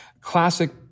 classic